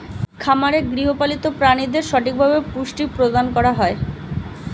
খামারে গৃহপালিত প্রাণীদের সঠিকভাবে পুষ্টি প্রদান করা হয়